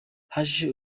haje